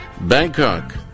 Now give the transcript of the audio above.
Bangkok